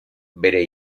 bere